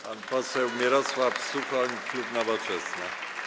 Pan poseł Mirosław Suchoń, klub Nowoczesna.